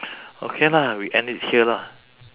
okay lah we end it here lah